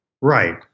Right